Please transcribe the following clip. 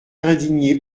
indigné